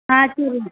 ஆ சரி மேடம்